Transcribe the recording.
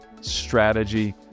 strategy